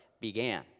began